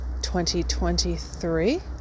2023